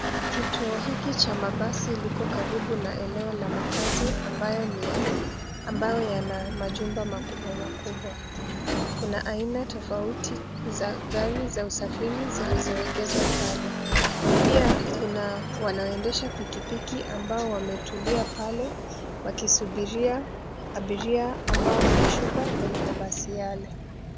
Kituo hiki cha mabasi liko karibu na eneo la makaazi ambayo yana majumba makubwa makubwa. Kuna aina tofauti za gari za usafiri zilizoegeshwa pale. Pia kuna wanaoendesha pikipiki ambao wametulia pale wakisubiria abiria ambao wanashuka kwenye mabasi yale.